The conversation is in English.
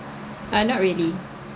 ah not really